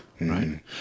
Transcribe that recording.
Right